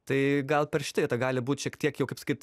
tai gal per šitą vietą gali būt šiek tiek jau kaip sakyt